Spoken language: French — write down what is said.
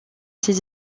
ses